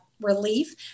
relief